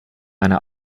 eine